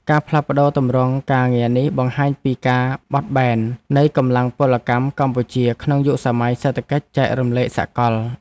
ការផ្លាស់ប្តូរទម្រង់ការងារនេះបង្ហាញពីការបត់បែននៃកម្លាំងពលកម្មកម្ពុជាក្នុងយុគសម័យសេដ្ឋកិច្ចចែករំលែកសកល។